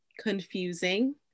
confusing